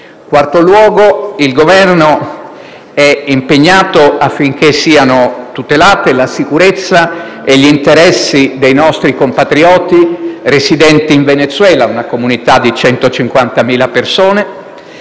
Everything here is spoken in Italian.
quarto luogo, il Governo è impegnato affinché siano tutelate la sicurezza e gli interessi dei nostri compatrioti residenti in Venezuela (una comunità di 150.000 persone)